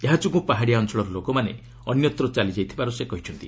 ଏହା ଯୋଗୁଁ ପାହାଡ଼ିଆ ଅଞ୍ଚଳର ଲୋକମାନେ ଅନ୍ୟତ୍ର ଚାଲିଯାଇଥିବାର ସେ କହିଛନ୍ତି